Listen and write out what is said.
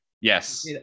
Yes